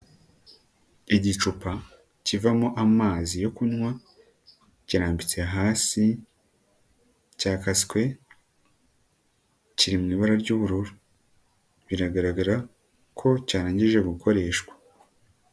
Igicupa kivamo amazi yo kunywa kirambitse hasi cyakaswe kiri mu ibara ry'ubururu, biragaragara ko cyarangije gukoreshwa.